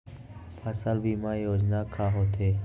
फसल बीमा योजना का होथे?